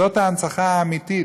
זאת ההנצחה האמיתית.